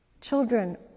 Children